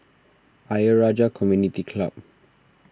Ayer Rajah Community Club